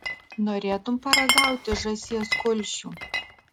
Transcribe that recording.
norėtum paragauti žąsies kulšių